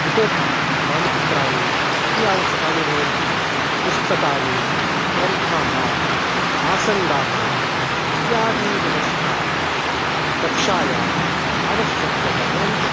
इतोऽपि मानचित्राणि अपि आवश्यकानि भवन्ति पुस्तकानि ग्रन्थाः आसन्दाः इत्यादि व्यवस्था कक्षायाम् आवश्यकाः भवन्ति